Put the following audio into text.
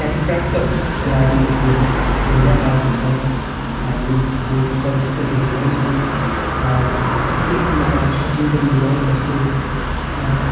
ख्यातिप्राप्त खेलाडीहरूले खेल्दैआएको छ हामीले त्यो सर्वस्त देखेकै छौँ ती एकमा सचिन तेन्दुलकर जसले